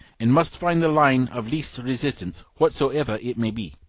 and must find the line of least resistance, whatsoever it may be.